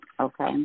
okay